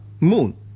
moon